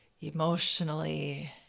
emotionally